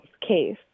case